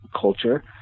culture